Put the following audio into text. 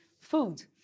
food